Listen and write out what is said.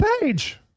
page